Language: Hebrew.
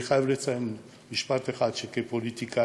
אני חייב להגיד משפט אחד, ש, כפוליטיקאי